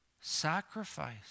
sacrifice